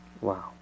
Wow